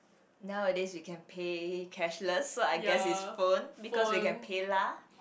nowadays you can pay cashless so I guess it's phone because you can PayLah